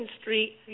Street